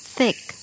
Thick